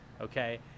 Okay